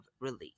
release